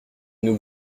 nous